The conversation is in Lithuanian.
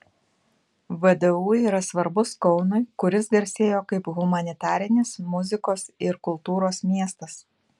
vdu yra svarbus kaunui kuris garsėjo kaip humanitarinis muzikos ir kultūros miestas